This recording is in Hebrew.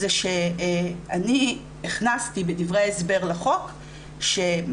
זה שאני הכנסתי בדברי ההסבר לחוק שברגע